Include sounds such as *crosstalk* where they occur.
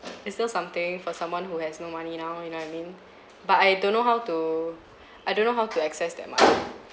it's still something for someone who has no money now you know what I mean *breath* but I don't know how to *breath* I don't know how to access that money